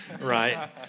right